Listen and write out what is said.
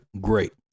Great